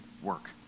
Work